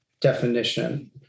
definition